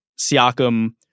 Siakam